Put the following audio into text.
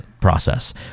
process